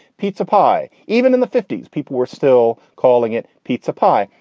pizza pie. even in the fifty s, people were still calling it pizza pie.